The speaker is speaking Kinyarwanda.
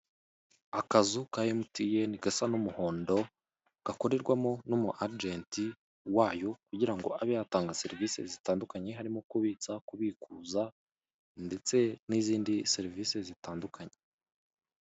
Akazu ka emutiyeni gasa n'umuhondo gakorerwamo n'umu agenti wayo kugira ngo abe yatanga serivise zitandukanye harimo kubitsa, kubikuza ndetse n'izindi serivise zitandukanye.